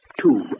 two